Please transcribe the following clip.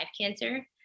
cancer